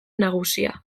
nagusia